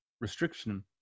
restriction